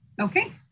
Okay